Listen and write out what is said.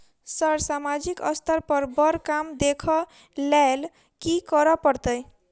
Sir सामाजिक स्तर पर बर काम देख लैलकी करऽ परतै?